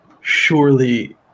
surely